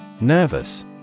Nervous